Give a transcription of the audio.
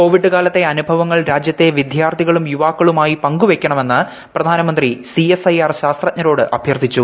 Covid കാലത്തെ അനുഭവങ്ങൾ രാജ്യത്തെ വിദ്യാർത്ഥികളും യുവാക്കളുമായി പങ്കുവയ്ക്കണമെന്ന് പ്രധാനമന്ത്രി സിഎസ്ഐആർ ശാസ്ത്രജ്ഞരോട് അഭ്യർത്ഥിച്ചു